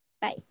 Bye